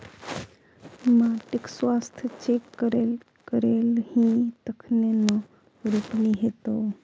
माटिक स्वास्थ्य चेक करेलही तखने न रोपनी हेतौ